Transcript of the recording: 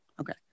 Okay